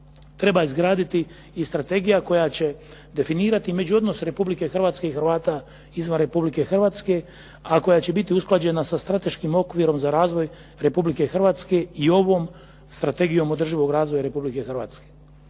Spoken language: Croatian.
Treba izgraditi i strategiju koja će definirati međuodnose Republike Hrvatske i Hrvata izvan Republike Hrvatske, a koja će biti usklađena sa strateškim okvirom za razvoj Republike Hrvatske i ovom Strategijom održivog razvoja Republike Hrvatske.